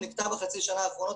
הוא נתקע בחצי השנה האחרונה,